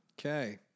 Okay